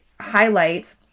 highlight